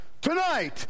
tonight